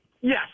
yes